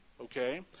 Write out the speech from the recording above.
Okay